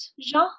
Jean